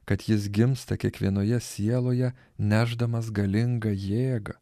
kad jis gimsta kiekvienoje sieloje nešdamas galingą jėgą